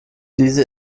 diese